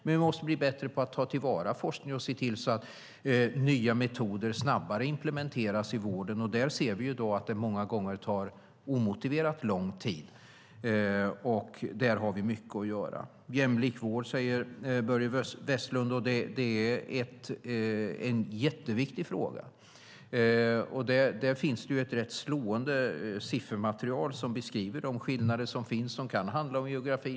Däremot måste vi bli bättre på att ta till vara forskningsresultaten och se till att nya metoder snabbare implementeras i vården. Vi ser att det många gånger tar omotiverat lång tid. Där har vi mycket att göra. Jämlik vård talar Börje Vestlund också om. Det är en jätteviktig fråga. Där finns ett rätt slående siffermaterial som beskriver de skillnader som finns. Det kan handla om geografi.